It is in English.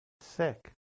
sick